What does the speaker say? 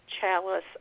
chalice